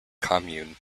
commune